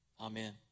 Amen